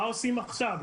מה עושים עכשיו?